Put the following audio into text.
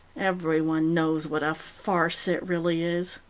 every one knows what a farce it really is.